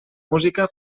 música